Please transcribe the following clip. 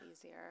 easier